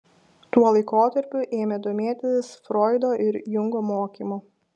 tuo laikotarpiu ėmė domėtis froido ir jungo mokymu